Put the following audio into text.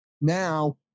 Now